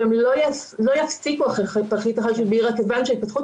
שהם לא יפסיקו אחרי פחית אחת של בירה כיוון שההתפתחות